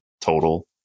total